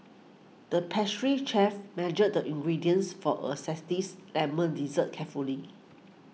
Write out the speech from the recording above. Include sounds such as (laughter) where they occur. the pastry chef measured the ingredients for a zesty (unintelligible) Lemon Dessert carefully